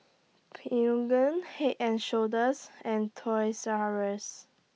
Peugeot Head and Shoulders and Toys R US